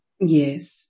Yes